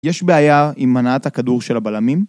‫יש בעיה עם הנעת הכדור של הבלמים?